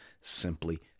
simply